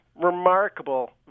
remarkable